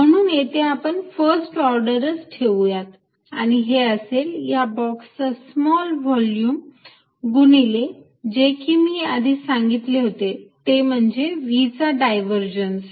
म्हणून येथे आपण फर्स्ट ऑर्डरच ठेवूयात आणि हे असेल या बॉक्सचा स्मॉल व्हॉल्युम गुणिले जे की मी आधी सांगितले होते ते म्हणजे v चा डायव्हर्जन्स